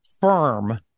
firm